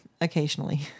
occasionally